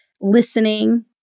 listening